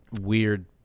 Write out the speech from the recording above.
weird